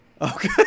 Okay